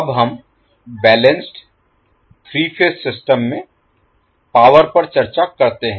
अब हम बैलेंस्ड 3फेज सिस्टम में पावर पर चर्चा करते हैं